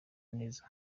neza